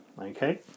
Okay